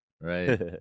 right